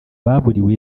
baburiwe